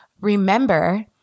remember